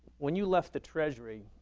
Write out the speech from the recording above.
when you left the treasury,